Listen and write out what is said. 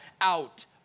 out